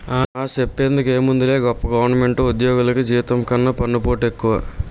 ఆ, సెప్పేందుకేముందిలే గొప్ప గవరమెంటు ఉజ్జోగులికి జీతం కన్నా పన్నుపోటే ఎక్కువ